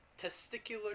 testicular